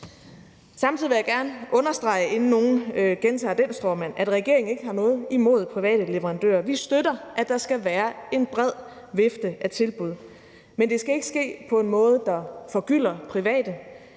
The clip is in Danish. nogen gentager den stråmand, at regeringen ikke har noget imod private leverandører. Vi støtter, at der skal være en bred vifte af tilbud, men det skal ikke ske på en måde, der forgylder private.